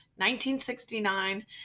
1969